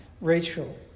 Rachel